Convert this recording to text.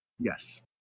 Yes